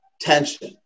tension